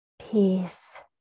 peace